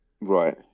Right